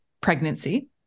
pregnancy